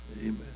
Amen